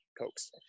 cokes